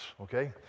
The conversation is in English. okay